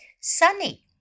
sunny